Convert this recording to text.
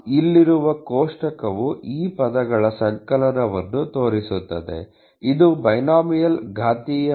ಇಲ್ಲಿರುವ ಕೋಷ್ಟಕವು ಈ ಪದಗಳ ಸಂಕಲನವನ್ನು ತೋರಿಸುತ್ತದೆ ಇದು ಬೈನೋಮಿಯಲ್ ಘಾತೀಯ ಮಿತಿ